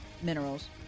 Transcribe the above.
minerals